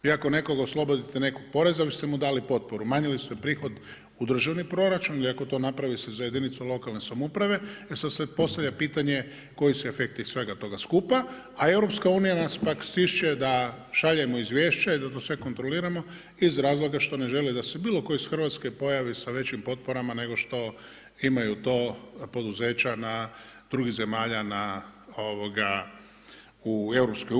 Vi ako nekog oslobodite nekog poreza vi ste mu dali potporu, umanjili ste prihod u državni proračun i ako se to napravi za jedinicu lokalne samouprave, e sada se postavlja pitanje koji su efekti svega toga skupa, a EU pak nas stišće da šaljemo izvješće i da to sve kontroliramo iz razloga što ne žele da se bilo tko iz Hrvatske pojavi sa većim potporama nego što to imaju poduzeća drugih zemalja u EU.